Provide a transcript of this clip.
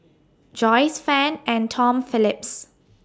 Joyce fan and Tom Phillips